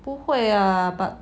不会呀 but